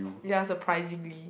ya surprisingly